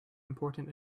important